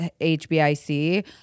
HBIC